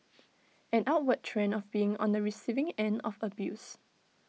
an upward trend of being on the receiving end of abuse